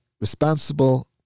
responsible